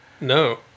No